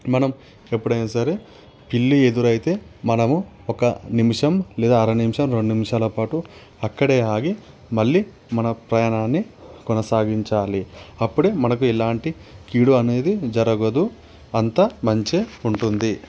మనం ఎప్పుడైనా సరే పిల్లి ఎదురైతే మనము ఒక నిమిషం లేదా అర నిమిషం రెండు నిమిషాల పాటు అక్కడే ఆగి మళ్ళీ మన ప్రయాణాన్ని కొనసాగించాలి అప్పుడే మనకు ఎలాంటి కీడు అనేది జరగదు అంతా మంచే ఉంటుంది